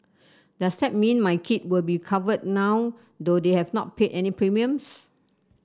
does that mean my kid will be covered now though they have not paid any premiums